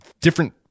different